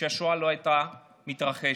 שהשואה לא הייתה מתרחשת.